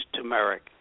turmeric